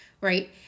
Right